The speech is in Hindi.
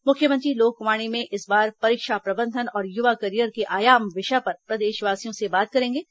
मुख्यमंत्री लोकवाणी में इस बार परीक्षा प्रबंधन और युवा कैरियर के आयाम विषय पर प्रदेशवासियों से बात करेंगे